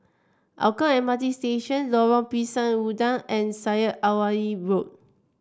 Hougang M R T Station Lorong Pisang Udang and Syed Alwi Road